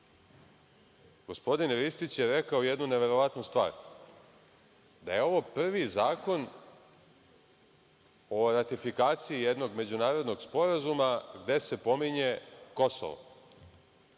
država. Gospodin Ristić je rekao jednu neverovatnu stvar, da je ovo prvi zakon o ratifikaciji jednog međunarodnog sporazuma gde se pominje Kosovo.